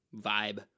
vibe